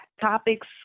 Topics